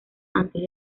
antes